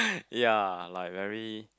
ya like very